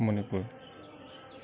Manipur